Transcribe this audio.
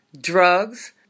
drugs